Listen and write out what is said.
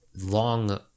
long